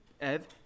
Ev